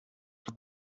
with